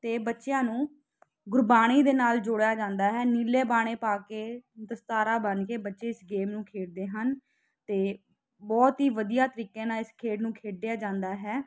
ਅਤੇ ਬੱਚਿਆਂ ਨੂੰ ਗੁਰਬਾਣੀ ਦੇ ਨਾਲ ਜੋੜਿਆ ਜਾਂਦਾ ਹੈ ਨੀਲੇ ਬਾਣੇ ਪਾ ਕੇ ਦਸਤਾਰਾਂ ਬੰਨ ਕੇ ਬੱਚੇ ਇਸ ਗੇਮ ਨੂੰ ਖੇਡਦੇ ਹਨ ਅਤੇ ਬਹੁਤ ਹੀ ਵਧੀਆ ਤਰੀਕੇ ਨਾਲ ਇਸ ਖੇਡ ਨੂੰ ਖੇਡਿਆ ਜਾਂਦਾ ਹੈ